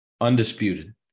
undisputed